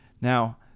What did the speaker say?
Now